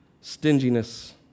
Stinginess